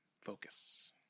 Focus